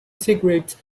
cigarettes